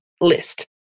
list